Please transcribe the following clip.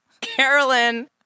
Carolyn